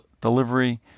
delivery